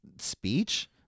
speech